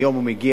היום הוא מגיע